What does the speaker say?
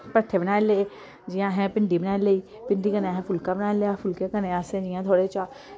भट्ठे बनाई ले जियां अस भिंडी बनाई लेई भिंडी कन्नै असें फुल्का बनाई लेआ फुल्कें कन्नै असें जियां थोह्ड़े चा